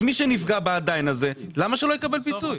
מי שנפגע ב-עדיין הזה, למה שלא יקבל פיצוי?